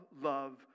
love